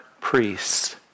priests